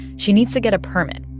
she needs to get a permit.